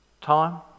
time